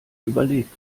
überlegt